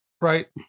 right